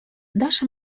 даша